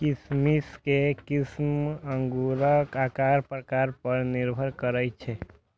किशमिश के किस्म अंगूरक आकार प्रकार पर निर्भर करै छै